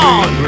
on